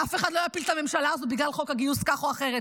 אף אחד לא יפיל את הממשלה הזאת בגלל חוק הגיוס כך או אחרת.